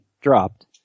dropped